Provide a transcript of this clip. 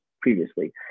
previously